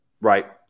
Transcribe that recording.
right